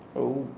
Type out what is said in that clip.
oh